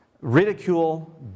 ridicule